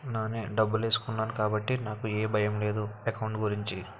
నానే డబ్బులేసుకున్నాను కాబట్టి నాకు ఏ భయం లేదు ఎకౌంట్ గురించి